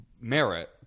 merit